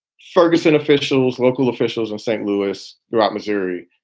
ferguson officials, local officials in st. louis, throughout missouri.